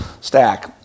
stack